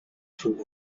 through